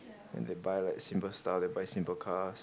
and they buy like simple stuff and buy simple car